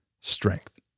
strength